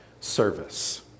service